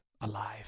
Alive